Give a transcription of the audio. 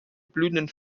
blühenden